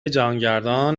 جهانگردان